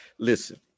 Listen